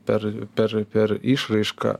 per per per išraišką